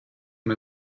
him